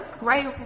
Right